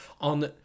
on